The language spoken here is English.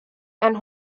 and